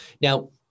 Now